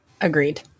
Agreed